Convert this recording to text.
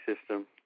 system